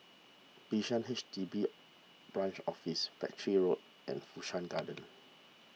Bishan H D B Branch Office Battery Road and Fu Shan Garden